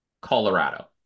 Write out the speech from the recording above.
colorado